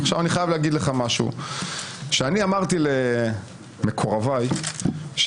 אמרתי למקורביי: